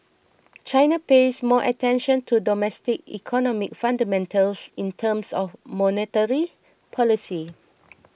China pays more attention to domestic economic fundamentals in terms of monetary policy